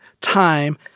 time